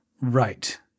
Right